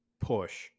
push